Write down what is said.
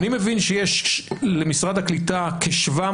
אני מבין שיש למשרד הקליטה כ-700